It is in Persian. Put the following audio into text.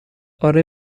آره